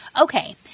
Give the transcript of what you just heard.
Okay